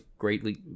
greatly